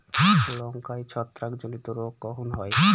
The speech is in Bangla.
লঙ্কায় ছত্রাক জনিত রোগ কখন হয়?